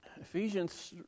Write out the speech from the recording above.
Ephesians